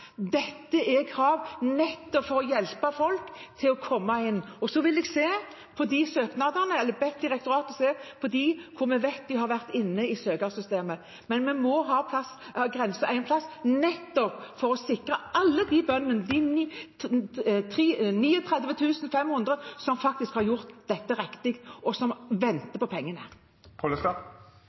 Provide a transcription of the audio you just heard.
Dette er krav for å hjelpe folk til å komme inn. Så vil jeg be direktoratet se på de søknadene hvor vi vet man har vært inne i søknadssystemet. Men vi må sette grensen et sted, nettopp for å sikre alle de 39 500 bøndene som faktisk har gjort dette riktig, og som venter på